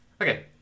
Okay